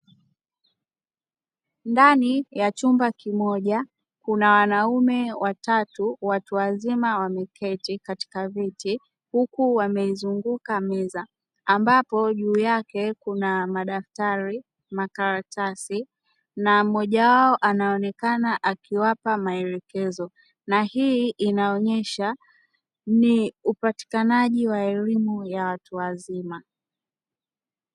Ndani ya chumba kimoja kuna wanaume watatu watu wazima wameketi katika viti huku wameizunguka meza ambapo juu yake kuna madaftari, makaratasi na mmoja wao anaonekana akiwapa maelekezo na hii inaonyesha ni upatikanaji wa elimu ya watu wazima.